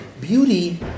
beauty